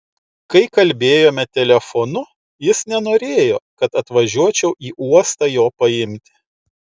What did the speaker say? kai kalbėjome telefonu jis nenorėjo kad atvažiuočiau į uostą jo paimti